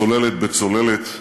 צוללת בצוללת,